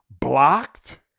Blocked